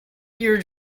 ear